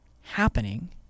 happening